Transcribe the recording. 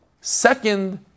Second